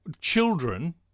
children